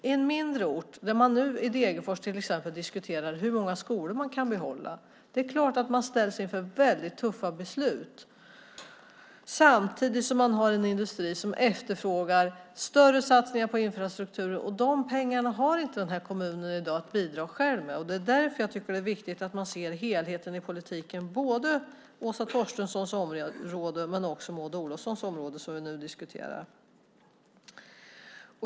På en mindre ort, Degerfors till exempel, där man nu diskuterar hur många skolor man kan behålla är det klart att man ställs inför väldigt tuffa beslut samtidigt som man har en industri som efterfrågar större satsningar på infrastruktur. Och de pengarna har inte den här kommunen i dag att bidra med själv. Det är därför jag tycker att det är viktigt att se helheten i politiken på både Åsa Torstenssons område och Maud Olofssons område, som vi nu diskuterar.